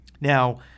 Now